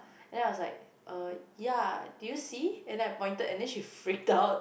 then I was like uh ya did you see and then I pointed and then she freaked out